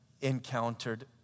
encountered